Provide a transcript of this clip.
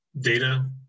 data